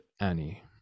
Annie